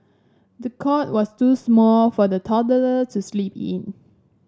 the cot was too small for the toddler to sleep in